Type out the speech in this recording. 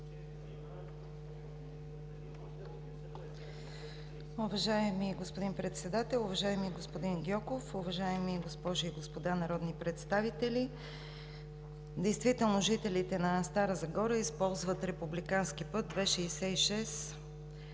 Уважаеми господин Председател, уважаеми господин Гьоков, уважаеми госпожи и господа народни представители! Действително жителите на град Стара Загора използват републикански път II-66